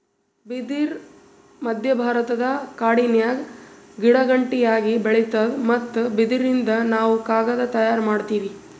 ಬಿದಿರ್ ಮಧ್ಯಭಾರತದ ಕಾಡಿನ್ಯಾಗ ಗಿಡಗಂಟಿಯಾಗಿ ಬೆಳಿತಾದ್ ಮತ್ತ್ ಬಿದಿರಿನಿಂದ್ ನಾವ್ ಕಾಗದ್ ತಯಾರ್ ಮಾಡತೀವಿ